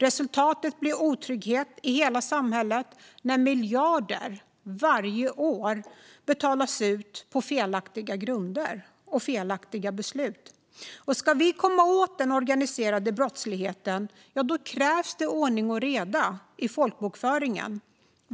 Resultatet blir otrygghet i hela samhället när miljarder varje år betalas ut på felaktiga grunder och efter felaktiga beslut. Ska vi komma åt den organiserade brottsligheten krävs det ordning och reda i folkbokföringen.